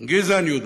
גִזען, יהודה.